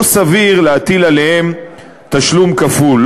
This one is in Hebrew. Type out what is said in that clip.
לא סביר להטיל עליהם תשלום כפול.